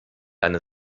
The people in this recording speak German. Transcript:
eine